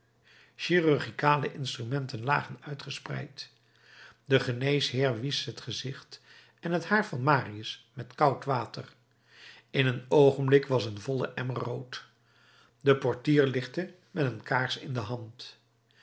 chirurgicale instrumenten lagen uitgespreid de geneesheer wiesch het gezicht en het haar van marius met koud water in een oogenblik was een volle emmer rood de portier lichtte met een kaars in de hand